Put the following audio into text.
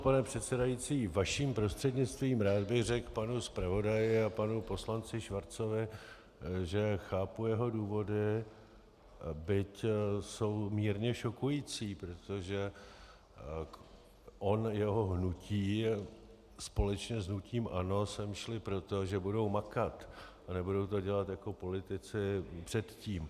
Pane předsedající, vaším prostřednictvím rád bych řekl panu zpravodaji a panu poslanci Schwarzovi, že chápu jeho důvody, byť jsou mírně šokující, protože jeho hnutí společně s hnutím ANO sem šla proto, že budou makat a nebudou to dělat jako politici předtím.